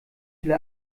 viele